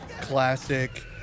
classic